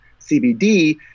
CBD